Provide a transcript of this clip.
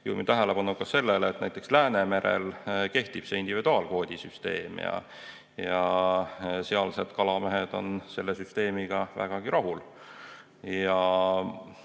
tähelepanu ka sellele, et näiteks Läänemerel kehtib individuaalkvoodi süsteem ja sealsed kalamehed on selle süsteemiga vägagi rahul.